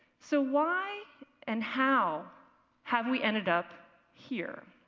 so why and how have we ended up here?